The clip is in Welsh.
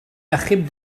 achub